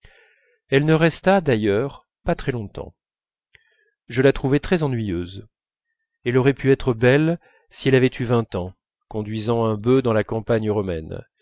elle ne resta d'ailleurs pas très longtemps je la trouvai très ennuyeuse elle aurait pu être belle si elle avait eu vingt ans conduisant un bœuf dans la campagne romaine